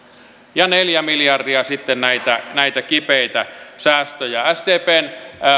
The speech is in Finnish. ja neljä miljardia sitten näitä näitä kipeitä säästöjä sdpn